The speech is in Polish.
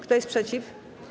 Kto jest przeciw?